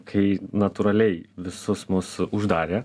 kai natūraliai visus mus uždarė